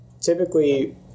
typically